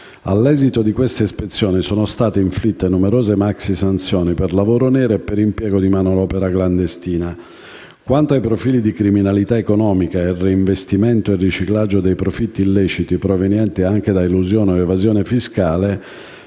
All'esito di queste ispezioni, sono state inflitte numerose maxisanzioni per lavoro nero e per impiego di manodopera clandestina. Quanto ai profili di criminalità economica e al reinvestimento e riciclaggio dei profitti illeciti, provenienti anche da elusione o evasione fiscale,